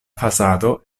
fasado